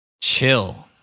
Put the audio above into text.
chill